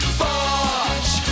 bosh